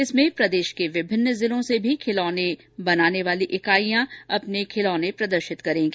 इसमें प्रदेश के विभिन्न जिलों से भी खिलौने बनाने वाली इकाइयां अपने खिलौने प्रदर्शित करेंगी